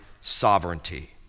sovereignty